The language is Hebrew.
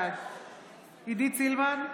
בעד עידית סילמן,